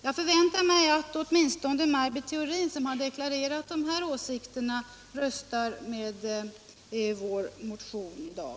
Jag förväntar mig därför att åtminstone Maj Britt Theorin, som har deklarerat dessa åsikter, röstar för vår motion i dag.